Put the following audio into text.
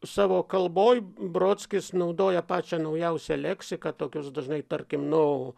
savo kalboj brodskis naudoja pačią naujausią leksiką tokios dažnai tarkim nu